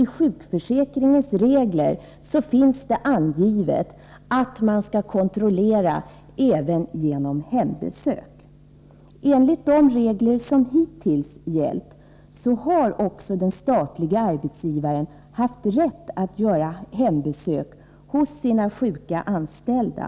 I sjukförsäkringens regler finns det angivet att man skall kontrollera även genom hembesök. Enligt de regler som hittills gällt har också den statliga arbetsgivaren haft rätt att göra hembesök hos sina sjuka anställda.